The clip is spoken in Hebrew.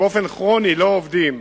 שבאופן כרוני לא עובדים